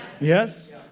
Yes